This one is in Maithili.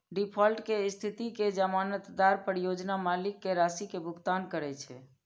डिफॉल्ट के स्थिति मे जमानतदार परियोजना मालिक कें राशि के भुगतान करै छै